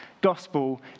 gospel